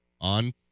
On